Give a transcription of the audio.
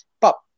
Pop